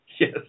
Yes